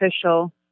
official